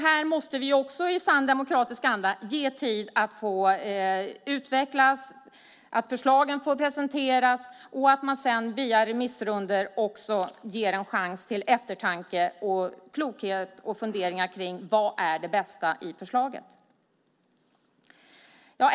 Vi måste också i sann demokratisk anda ge dem tid att få utvecklas och att få presentera förslagen, och sedan begär man remissrundor och ger en chans till eftertanke, klokhet och funderingar kring vad som är det bästa i förslagen.